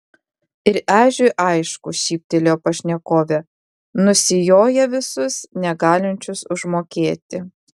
ir ežiui aišku šyptelėjo pašnekovė nusijoja visus negalinčius užmokėti